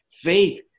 faith